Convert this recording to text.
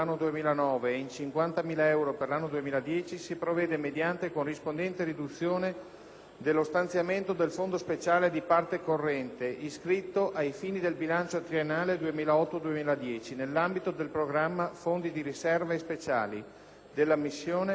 dello stanziamento del fondo speciale di parte corrente iscritto, ai fini del bilancio triennale 2008-2010, nell'ambito del programma "Fondi di riserva e speciali" della missione "Fondi da ripartire" dello stato di previsione del Ministero dell'economia e delle finanze per l'anno 2008,